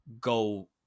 go